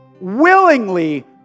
willingly